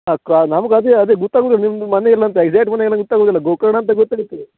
ಹಾಂ ಕಾ ನಮ್ಗೆ ಅದೇ ಅದೇ ಗುತ್ತಾಗುದಿಲ್ಲ ನಿಮ್ದು ಮನೆ ಎಲ್ಲಿ ಅಂತ ಎಕ್ಸಾಕ್ಟ್ ಮನೆ ಗೊತ್ತಾಗೋದಿಲ್ಲ ಗೋಕರ್ಣ ಅಂತ ಗೊತ್ತಾಗುತ್ತೆ